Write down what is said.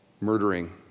murdering